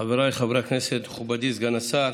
חבריי חברי הכנסת, מכובדי סגן השר,